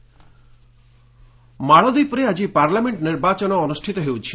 ମାଳଦୀପ ପୋଲ୍ ମାଳଦୀପରେ ଆଜି ପାର୍ଲାମେଣ୍ଟ ନିର୍ବାଚନ ଅନୁଷ୍ଠିତ ହେଉଛି